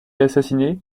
assassiné